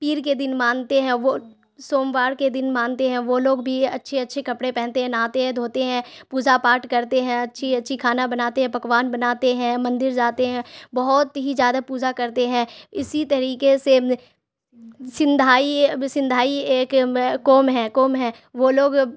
پیر کے دن مانتے ہیں وہ سوموار کے دن مانتے ہیں وہ لوگ بھی اچھے اچھے کپڑے پہنتے ہیں نہاتے ہیں دھوتے ہیں پوجا پاٹ کرتے ہیں اچھی اچھی کھانا بناتے ہیں پکوان بناتے ہیں مندر جاتے ہیں بہت ہی زیادہ پوجا کرتے ہیں اسی طریقے سے سندھائی سندھائی ایک قوم ہے قوم ہے وہ لوگ